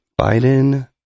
Biden